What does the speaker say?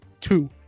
two